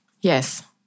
Yes